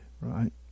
right